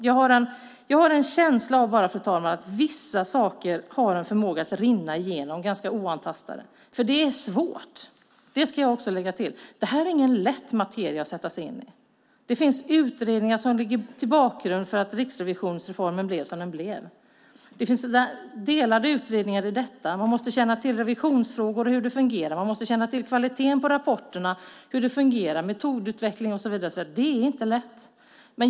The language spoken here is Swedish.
Jag har en känsla av att vissa ärenden tenderar att rinna igenom ganska oantastade. Det här är ingen lätt materia att sätta sig in i. Det finns utredningar som ligger till grund för att riksrevisionsreformen blev som den blev. Det finns delade utredningar i detta. Man måste känna till revisionsfrågor och hur det fungerar. Man måste känna till kvaliteten på rapporterna och hur metodutveckling och så vidare fungerar. Det är inte lätt.